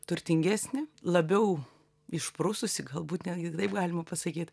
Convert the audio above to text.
turtingesni labiau išprususi galbūt ne taip galima pasakyti